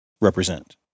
represent